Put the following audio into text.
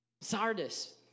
Sardis